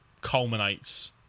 culminates